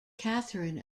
catherine